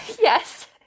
Yes